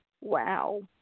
Wow